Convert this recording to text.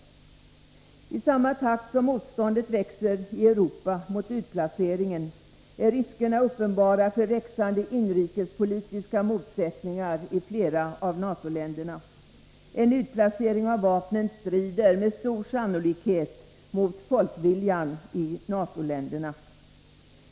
I samma takt som motståndet växer i Europa mot utplaceringen blir riskerna alltmer uppenbara för växande inrikespolitiska motsättningar i flera av NATO-länderna. En utplacering av vapnen strider med stor sannolikhet mot folkviljan i NATO-länderna.